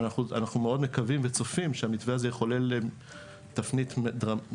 אנחנו מאוד מקווים וצופים שהמתווה הזה יחולל תפנית משמעותית.